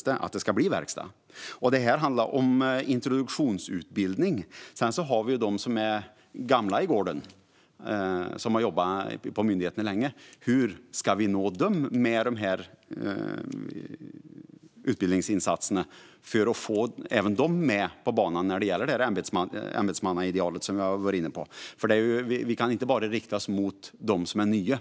Detta handlar om introduktionsutbildning. Vi har också dem som är gamla i gården och har jobbat på myndigheterna länge. Hur ska vi nå dem med dessa utbildningsinsatser för att få med även dem på banan när det gäller det ämbetsmannaideal vi har varit inne på? Vi kan inte bara rikta oss till dem som är nya.